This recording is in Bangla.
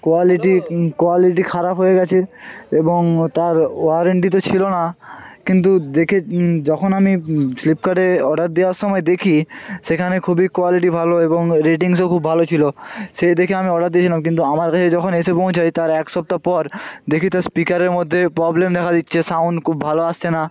কোয়ালিটি কোয়ালিটি খারাপ হয়ে গেছে এবং তার ওয়ারেন্টি তো ছিল না কিন্তু দেখে যখন আমি ফ্লিপকার্টে অর্ডার দেওয়ার সময় দেখি সেখানে খুবই কোয়ালিটি ভালো এবং রেটিংসও খুব ভালো ছিল সেই দেখে আমি অর্ডার দিয়েছিলাম কিন্তু আমার কাছে যখন এসে পৌঁছয় তার এক সপ্তাহ পর দেখি তার স্পিকারের মধ্যে প্রবলেম দেখা দিচ্ছে সাউন্ড খুব ভালো আসছে না